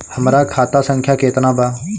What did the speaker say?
हमरा खाता संख्या केतना बा?